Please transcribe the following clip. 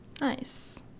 Nice